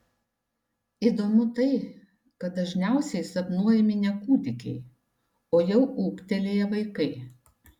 įdomu tai kad dažniausiai sapnuojami ne kūdikiai o jau ūgtelėję vaikai